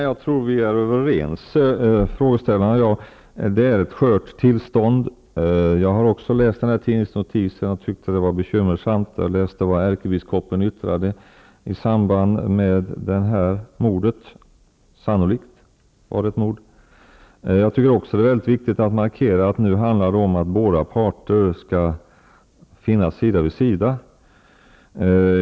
Fru talman! Jag tror att frågeställarna och jag är överens om att tillståndet är skört. Jag har också läst denna tidningsnotis och tyckte att det som stod i den var bekymmersamt. Jag läste vad ärkebiskopen yttrade i samband med det som sannolikt var ett mord. Jag tycker också att det är mycket viktigt att man markerar att det nu handlar om att båda parter skall finnas sida vid sida.